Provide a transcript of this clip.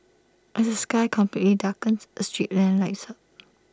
as the sky completely darkens A street lamp lights up